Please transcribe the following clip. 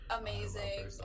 amazing